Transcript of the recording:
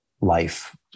Life